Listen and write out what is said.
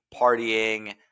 partying